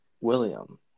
William